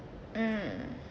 mm